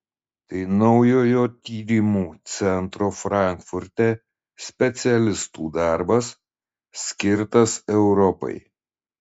tai naujojo tyrimų centro frankfurte specialistų darbas skirtas europai